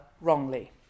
wrongly